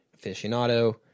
aficionado